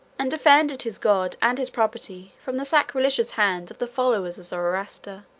and defended his god and his property from the sacrilegious hands of the followers of zoroaster.